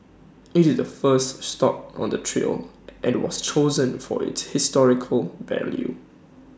IT is the first stop on the trail and was chosen for its historical value